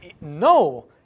no